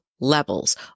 levels